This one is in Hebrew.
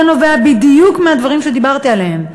זה נובע בדיוק מהדברים שדיברתי עליהם,